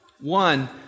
One